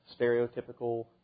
stereotypical